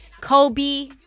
Kobe